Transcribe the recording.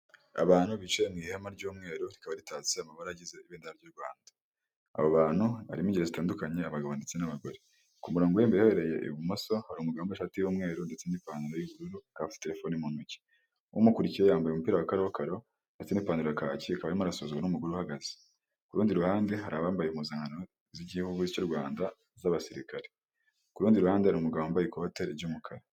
Abantu bicaye mu ihema ry'umweru rikaba ritatse amabaragize ibedera ry'u Rwanda, abo bantu barimo ingeri zitandukanye, abagabo ndetse n'abagore, ku murongo w'imbere ahereye ibumoso hari umugabo ishati y'umweru ndetse n'ipantaro y'ubururu afite telefoni mu ntoki, umukurikiye yambaye umupira wakarokaro ndetse n'ipantaro yakaki arimo rasuhuzwa n'umugore uhagaze, ku rundi ruhande hari abambaye impuzankano z'igihugu cy'u Rwanda z'abasirikare, ku rundi ruhande hari umugabo wambaye ikote ry'umukara.